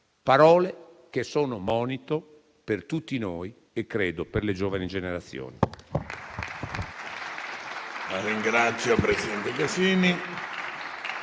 parole monito per tutti noi e credo per le giovani generazioni.